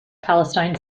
palestine